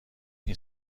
این